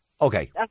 Okay